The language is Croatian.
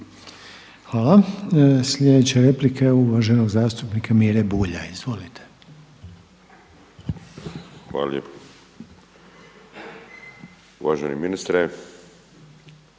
Hvala. Sljedeća replika je uvaženog zastupnika Mire Bulja. Izvolite. **Bulj, Miro